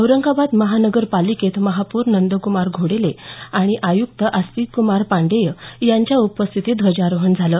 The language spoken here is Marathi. औरंगाबाद महानगर पालिकेत महापौर नंद्कुमार घोडेले आणि आयुक्त आस्तिक कुमार पांडेय यांच्या उपस्थितीत ध्वजारोहण झालं